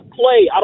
play